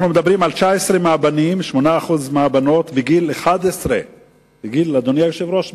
אנחנו מדברים על 19% מהבנים ועל 8% מהבנות בני 11. אדוני היושב-ראש,